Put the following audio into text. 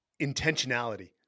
Intentionality